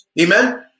Amen